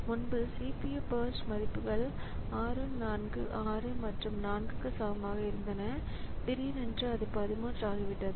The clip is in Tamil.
முன்பு CPU பர்ஸ்ட் மதிப்புகள் 6 4 6 மற்றும் 4 க்கு சமமாக இருந்தன திடீரென்று அது 13 ஆகிவிட்டது